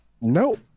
Nope